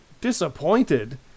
disappointed